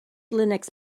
linux